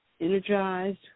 energized